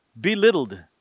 belittled